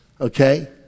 okay